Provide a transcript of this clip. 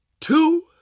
two